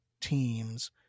teams